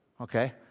okay